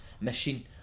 Machine